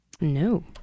No